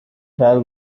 trial